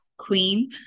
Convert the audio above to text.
queen